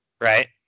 right